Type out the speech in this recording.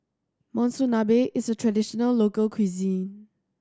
monsunabe is a traditional local cuisine